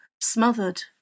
smothered